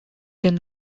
then